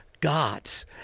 gods